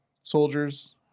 soldiers